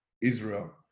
Israel